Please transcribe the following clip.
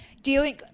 Dealing